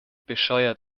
bescheuert